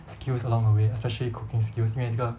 skills along the way especially cooking skills 因为那个